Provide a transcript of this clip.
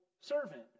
servant